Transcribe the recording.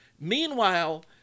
Meanwhile